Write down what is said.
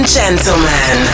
gentlemen